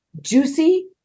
juicy